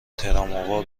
تراموا